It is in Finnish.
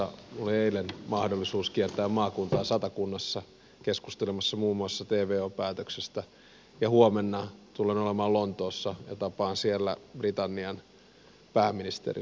minulla oli eilen mahdollisuus kiertää maakuntaa satakunnassa keskustelemassa muun muassa tvo päätöksestä ja huomenna tulen olemaan lontoossa ja tapaan siellä britannian pääministerin